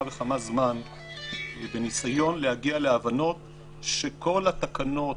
וכמה זמן בניסיון להגיע להבנות שכל התקנות,